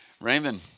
Raymond